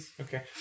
Okay